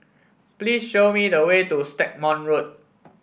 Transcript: please show me the way to Stagmont Road